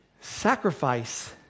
sacrifice